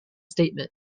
statement